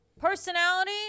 personality